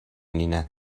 اینه